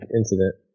incident